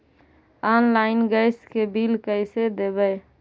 Online gas के bill कैसे देबै?